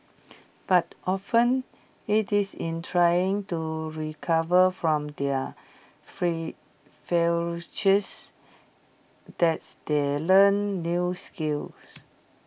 but often IT is in trying to recover from their free that's they learn new skills